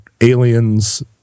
aliens